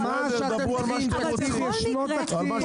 בכל מקרה,